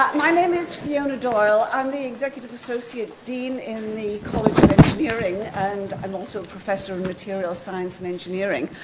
my name is fiona doyle, i'm the executive associate dean in the college of engineering, and i'm also a professor of material science and engineering.